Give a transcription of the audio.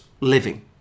living